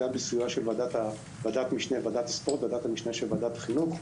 גם בסיוע של ועדת המשנה לספורט של ועדת החינוך,